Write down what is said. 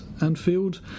Anfield